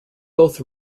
both